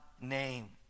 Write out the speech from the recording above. name